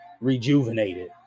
rejuvenated